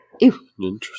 Interesting